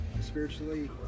spiritually